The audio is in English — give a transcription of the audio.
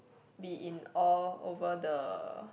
be in awe over the